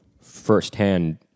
firsthand